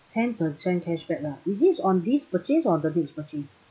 ten percent cashback lah is it on this purchase or the next purchase